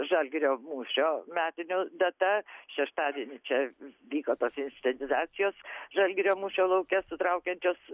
žalgirio mūšio metinių data šeštadienį čia vyko tos inscenizacijos žalgirio mūšio lauke sutraukiančios